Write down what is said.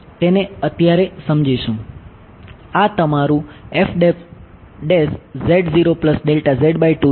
તેને અત્યારે સમજીશું આ તમારું છે